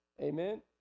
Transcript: Amen